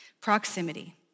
proximity